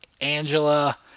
Angela